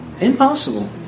Impossible